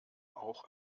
auch